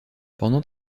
pendant